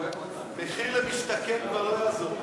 מחיר למשתכן כבר לא יעזור לו.